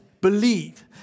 believe